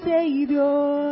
Savior